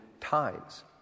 times